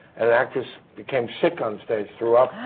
and an actress became sick on stage. threw up.